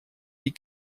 die